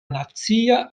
nacia